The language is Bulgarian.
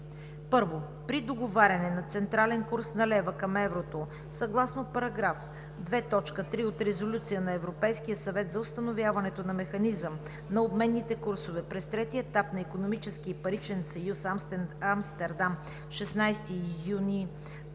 1. При договаряне на централен курс на лева към еврото съгласно параграф 2.3 от Резолюция на Европейския съвет за установяването на механизъм на обменните курсове през третия етап на Икономическия и паричен съюз Амстердам, 16 юни